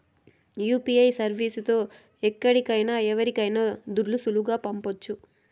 UPI service తో ఎక్కడికైనా ఎవరికైనా దుడ్లు సులువుగా పంపొచ్చు